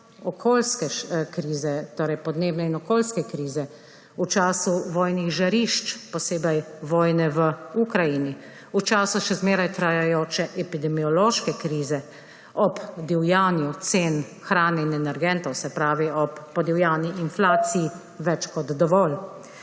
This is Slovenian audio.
okoljske krize, torej podnebne in okoljske krize, v času vojnih žarišč, posebej vojne v Ukrajini v času še vedno trajajoče epidemiološke krize, ob divjanju cen hrane in energentov, se pravi ob podivjani inflaciji, več kot dovolj.